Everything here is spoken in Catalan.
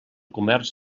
comerç